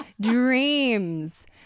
dreams